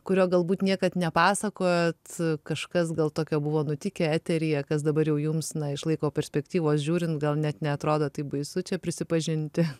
kurio galbūt niekad nepasakojot kažkas gal tokio buvo nutikę eteryje kas dabar jau jums na iš laiko perspektyvos žiūrint gal net neatrodo taip baisu čia prisipažinti